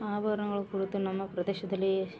ಆಭರ್ಣಗಳ ಕುಳಿತು ನಮ್ಮ ಪ್ರದೇಶದಲ್ಲಿ